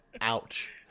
ouch